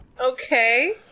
Okay